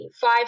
five